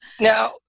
Now